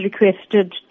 requested